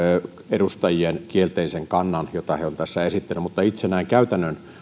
edustajien kielteisen kannan jota he ovat tässä esittäneet mutta itse näin käytännön